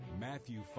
matthew